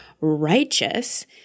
righteous